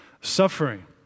suffering